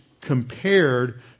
compared